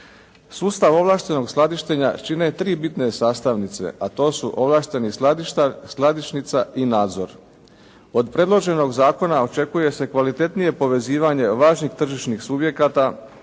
Sustav ovlaštenog skladištenja čine tri bitne sastavnice, a to su ovlašteni skladištar, skladišnica i nadzor. Od predloženog zakona očekuje se kvalitetnije povezivanje važnih tržišnih subjekata,